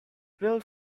built